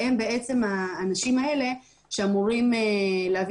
והם בעצם האנשים האלה שאמורים להביא